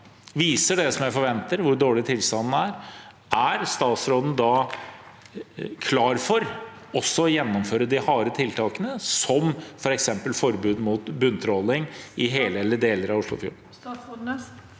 viser det jeg forventer – hvor dårlig tilstanden er – er statsråden da klar for også å gjennomføre de harde tiltakene, som f.eks. forbud mot bunntråling i hele eller deler av Oslofjorden?